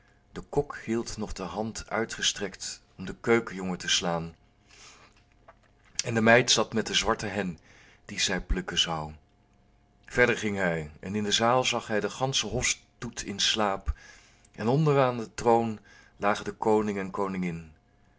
de kok hield nog de hand uitgestrekt om den keukenjongen te slaan en de meid zat met de zwarte hen die zij plukken zou verder ging hij en in de zaal zag hij den ganschen hofstoet in slaap en onder aan den troon lagen de koning en koningin